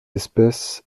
espèce